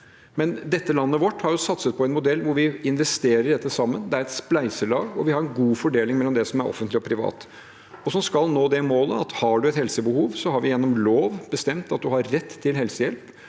Dette landet vårt har satset på en modell hvor vi investerer i dette sammen. Det er et spleiselag, og vi har en god fordeling mellom det som er offentlig, og det som er privat. Skal en nå målet om at har man et helsebehov, har vi gjennom lov bestemt at man har rett til helsehjelp,